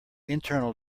internal